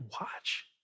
Watch